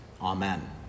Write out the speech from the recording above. Amen